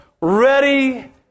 ready